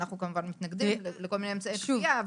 אנחנו כמובן מתנגדים לכל מיני אמצעי כפייה,